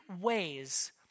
ways